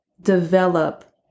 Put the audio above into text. develop